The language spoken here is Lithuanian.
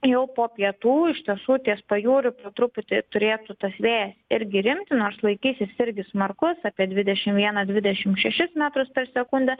jau po pietų iš tiesų ties pajūriu po truputį turėtų tas vėjas irgi rimti nors laikysis irgi smarkus apie dvidešimt vieną dvidešimt šešis metrus per sekundę